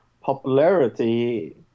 popularity